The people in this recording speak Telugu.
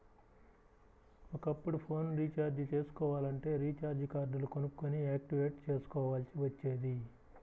ఒకప్పుడు ఫోన్ రీచార్జి చేసుకోవాలంటే రీచార్జి కార్డులు కొనుక్కొని యాక్టివేట్ చేసుకోవాల్సి వచ్చేది